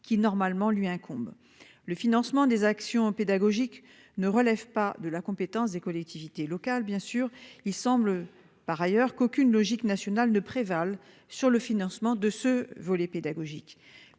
qui normalement lui incombe. Le financement des actions pédagogiques ne relève pas de la compétence des collectivités locales bien sûr. Il semble par ailleurs qu'aucune logique nationale ne prévalent sur le financement de ce volet pédagogique